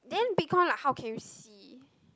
then bitcoin like how can you see